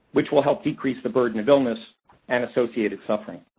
which will help decrease the burden of illness and associated suffering.